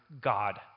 God